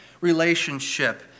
relationship